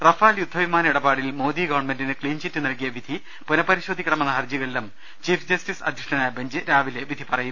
Rafale യുദ്ധവിമാന ഇടപാടിൽ മോദി ഗവൺമെന്റിന് ക്സീൻചിറ്റ് നൽകിയ വിധി പുനപരിശോധിക്കണമെന്ന ഹർജികളിലും ചീഫ് ജസ്റ്റിസ് അധ്യക്ഷനായ ബെഞ്ച് രാവിലെ വിധിപറയും